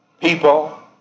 people